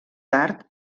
tard